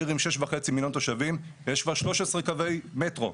עיר עם 6.5 מיליון תושבים יש בה 13 קווי מטרו,